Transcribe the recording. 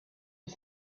was